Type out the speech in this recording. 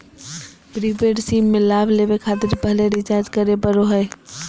prepaid SIM में लाभ लेबे खातिर पहले रिचार्ज करे पड़ो हइ